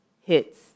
hits